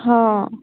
ହଁ